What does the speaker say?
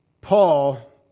Paul